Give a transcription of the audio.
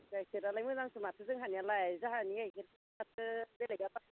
गाइखेरालाय मोजांसो माथो जोंहानियालाय जाहानि गाइखेरासो बेलेगा फानहैयो